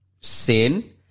sin